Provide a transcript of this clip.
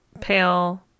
pale